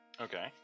Okay